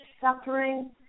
suffering